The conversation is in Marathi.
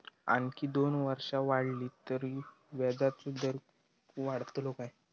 आणखी दोन वर्षा वाढली तर व्याजाचो दर वाढतलो काय?